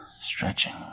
stretching